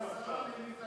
כמו שאמרה השרה ממפלגתו.